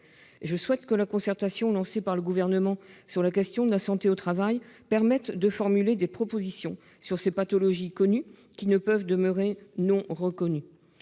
Je souhaite donc que la concertation lancée par le Gouvernement sur la question de la santé au travail permette de formuler des propositions sur ces pathologies connues, qui ne peuvent demeurer non reconnues.